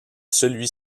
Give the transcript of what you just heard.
celui